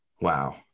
Wow